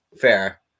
Fair